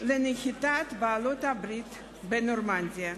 שנה לנחיתת בעלות-הברית בנורמנדי.